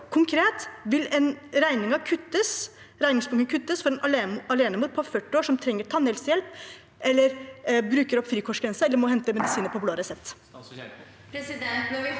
konkret: Vil regningsbunken kuttes for en alenemor på 40 år som trenger tannhelsehjelp, bruker opp frikortgrensen eller må hente medisiner på blå resept?